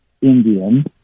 Indian